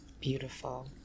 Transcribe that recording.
Beautiful